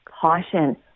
Caution